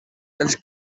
els